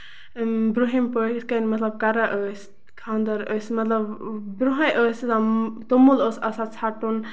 برونہِم پٲٹھۍ مطلب یِتھۍ کٲٹھۍ کران ٲسۍ خاندر ٲسۍ مطلب برونہٕے اوس تومُل اوس آسان ژَھٹُن